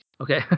okay